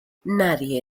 nadie